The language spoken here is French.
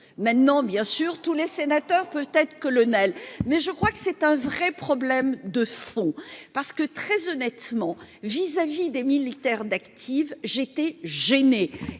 maintenant bien sûr tous les sénateurs, peut-être que le Neil mais je crois que c'est un vrai problème de fond parce que très honnêtement vis-à-vis des militaires d'active, j'étais gêné